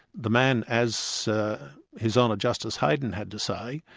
the man, as so his honour justice hayden had to say,